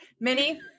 Minnie